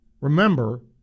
remember